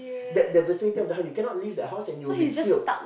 that the vicinity of the house you cannot leave the house and you will be killed